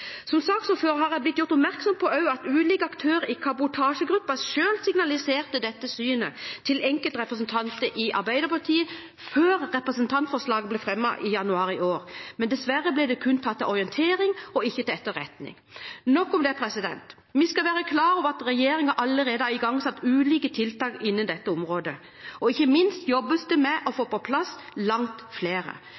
Som saksordfører har jeg også blitt gjort oppmerksom på at ulike aktører i kabotasjegruppen selv signaliserte dette synet til enkeltrepresentanter i Arbeiderpartiet før representantforslaget ble fremmet i januar i år, men dessverre ble dette kun tatt til orientering og ikke til etterretning. Nok om det. Vi skal være klar over at regjeringen allerede har igangsatt ulike tiltak innen dette området, og ikke minst jobbes det med å få